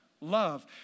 love